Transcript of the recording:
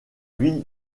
ville